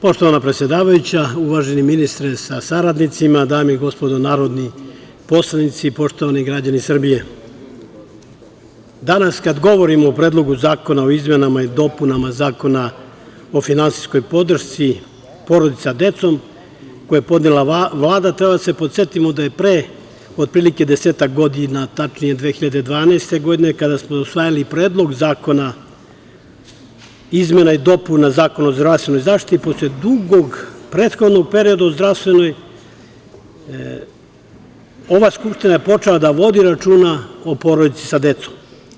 Poštovana predsedavajuća, uvaženi ministre sa saradnicima, dame i gospodo narodni poslanici, poštovani građani Srbije, danas kad govorimo o Predlogu zakona o izmenama i dopunama Zakona o finansijskoj podršci porodica sa decom koji je podnela Vlada, treba da se podsetimo da je pre otprilike desetak godina, tačnije 2012. godine, kada smo usvajali Predlog izmena i dopuna Zakona o zdravstvenoj zaštiti, posle dugog prethodnog perioda, ova Skupština je počela da vodi računa o porodici sa decom.